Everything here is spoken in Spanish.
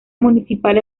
municipal